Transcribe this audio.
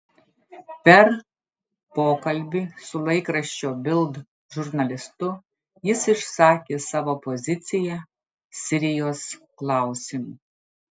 per pokalbį su laikraščio bild žurnalistu jis išsakė savo poziciją sirijos klausimu